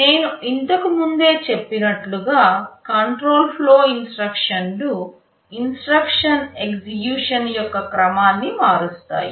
నేను ఇంతకు ముందే చెప్పినట్లుగా కంట్రోల్ ఫ్లో ఇన్స్ట్రక్షన్లు ఇన్స్ట్రక్షన్ ఎగ్జిక్యూషన్ యొక్క క్రమాన్ని మారుస్తాయి